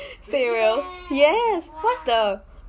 surreal yes what's the